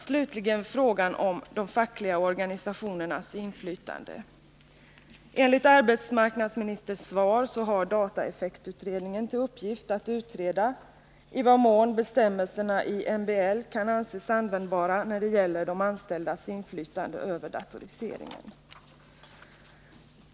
Slutligen frågan om de fackliga organisationernas inflytande. Enligt arbetsmarknadsministerns svar har dataeffektutredningen till uppgift att utreda i vad mån bestämmelserna i MBL kan anses användbara när det gäller de anställdas inflytande över datoriseringen.